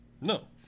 No